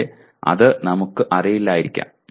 പക്ഷെ അത് നമുക്ക് അറിയില്ലായിരിക്കാം